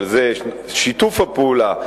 אבל שיתוף הפעולה,